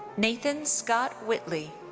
nathan scott whitley.